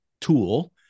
tool